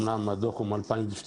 אומנם הדוח הוא מ-2012,